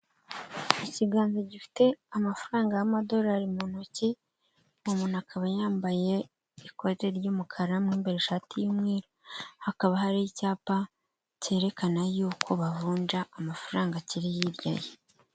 Ikiganza gifite amafaranga y'amadolari mu ntoki, umuntu akaba yambaye ikote ry'umukara mu imbere ishati y'umweru. Hakaba hari icyapa cyerekana yuko bavunja amafaranga kiri hirya ye.